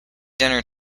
dinner